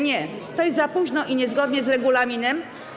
Nie, to jest za późno i niezgodnie z regulaminem.